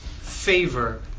favor